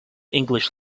english